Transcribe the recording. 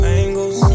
angles